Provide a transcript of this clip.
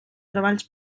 treballs